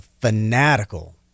fanatical